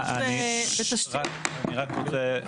סליחה אני רק רוצה,